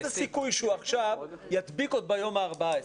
איזה סיכוי יש שהוא ידביק עוד ביום ה-14,